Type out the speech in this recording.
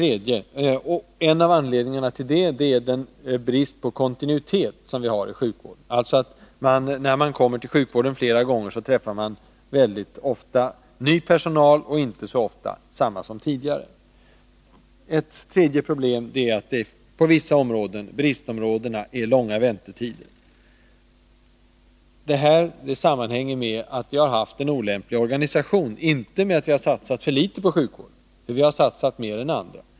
En av anledningarna till detta är den brist på kontinuitet som vi har i sjukvården. När man kommer till sjukvården flera gånger träffar man väldigt ofta ny personal och inte så ofta samma som tidigare. För det tredje är det på vissa områden, bristområdena, långa väntetider. Det här sammanhänger med att vi har en olämplig organisation, inte med att vi har satsat för litet på sjukvården — vi har satsat mer än andra.